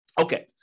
Okay